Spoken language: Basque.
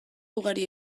ugari